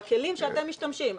בכלים שאתם משתמשים,